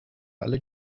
alle